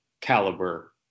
caliber